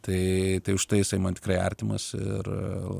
tai tai už tai jisai man tikrai artimas ir